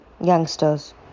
youngsters